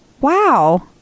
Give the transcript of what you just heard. Wow